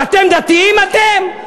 ואתם דתיים אתם?